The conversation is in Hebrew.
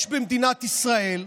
יש במדינת ישראל,